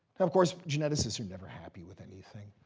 of course, geneticists are never happy with anything.